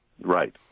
Right